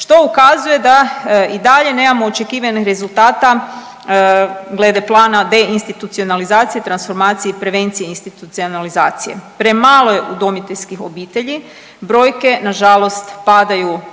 što ukazuje da i dalje nemamo očekivanih rezultata glede plana deinstitucionalizacije, transformacije i prevencije institucionalizacije. Premalo je udomiteljskih obitelji, brojke nažalost padaju iz